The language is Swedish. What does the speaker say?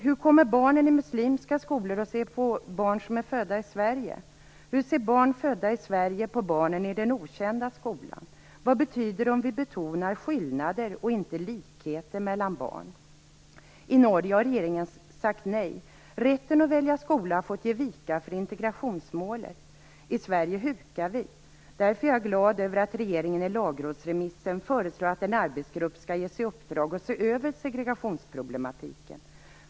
Hur kommer barnen i muslimska skolor att se på barn som är födda i Sverige? Hur ser barn födda i Sverige på barnen i den okända skolan? Vad betyder det om vi betonar skillnader och inte likheter mellan barn? I Norge har regeringen sagt nej. Rätten att välja skola har fått ge vika för integrationsmålet. I Sverige hukar vi. Därför är jag glad över att regeringen i lagrådsremissen föreslår att en arbetsgrupp skall ges i uppdrag att se över segregationsproblematiken.